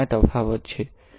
ત્યા તફાવત છે